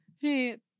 hey